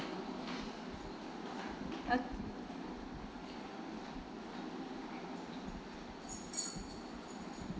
o~